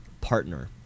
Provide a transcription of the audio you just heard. partner